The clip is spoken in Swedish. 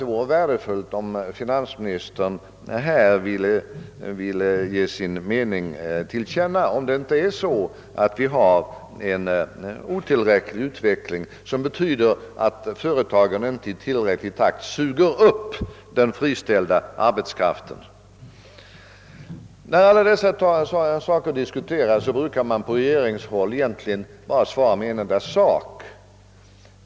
Det vore värdefullt om finansministern här ville ge sin mening till känna och svara på frågan, om det inte är så att vi har en otillräcklig utvecklingstakt som innebär att företagen inte tillräckligt snabbt suger upp den friställda arbetskraften. När alla dessa frågor diskuteras brukar man från regeringshåll egentligen bara lämna ett och samma svar.